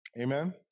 Amen